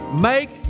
Make